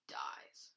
dies